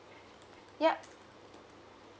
yup